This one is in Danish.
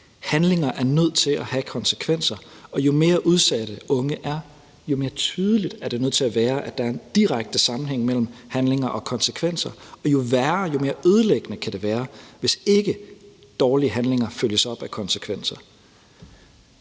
Handlinger er nødt til at have konsekvenser, og jo mere udsatte unge er, jo mere tydeligt er det nødt til at være, at der er en direkte sammenhæng mellem handlinger og konsekvenser, og jo værre og mere ødelæggende kan det være, hvis ikke dårlige handlinger følges op af konsekvenser.